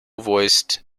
voiced